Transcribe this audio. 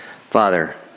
Father